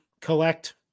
collect